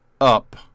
up